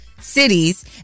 cities